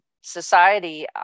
society